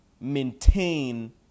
maintain